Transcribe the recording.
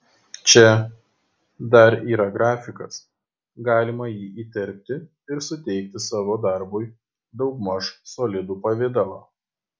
čia dar yra grafikas galima jį įterpti ir suteikti savo darbui daugmaž solidų pavidalą